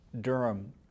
Durham